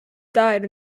died